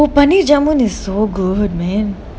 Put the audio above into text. oh paneer jamun is so good man